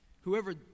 Whoever